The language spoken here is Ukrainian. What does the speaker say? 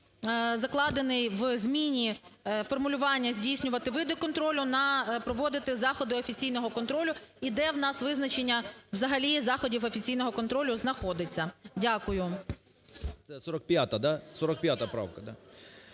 закладений в зміні формулювання "здійснювати види контролю" на "проводити заходи офіційного контролю", і де у нас визначення взагалі "заходів офіційного контролю" знаходиться. Дякую.